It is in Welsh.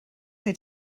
wnei